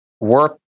work